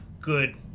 Good